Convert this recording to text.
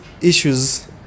issues